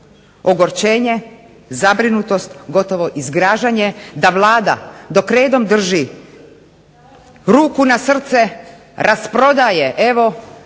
ogorčenje, zabrinutost gotovo i zgražanje da Vlada dok redom drži ruku na srcu rasprodaje evo